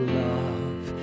love